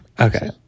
Okay